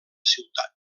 ciutat